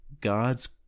god's